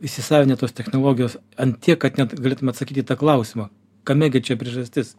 įsisavinę tos technologijos ant tiek kad net galėtume atsakyti į tą klausimą kame gi čia priežastis